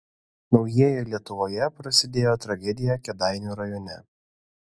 naujieji lietuvoje prasidėjo tragedija kėdainių rajone